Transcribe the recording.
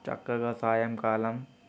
చక్కగా సాయంకాలం